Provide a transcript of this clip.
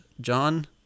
John